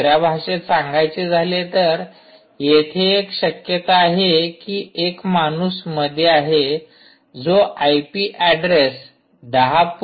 दुसऱ्या भाषेत सांगायचे झाले तर तेथे एक शक्यता आहे की एक माणूस मध्ये आहे जो आय पी ऍड्रेस १०